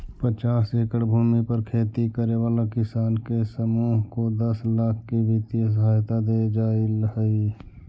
पचास एकड़ भूमि पर खेती करे वाला किसानों के समूह को दस लाख की वित्तीय सहायता दे जाईल हई